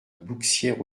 bouxières